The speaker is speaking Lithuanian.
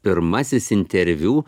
pirmasis interviu